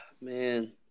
Man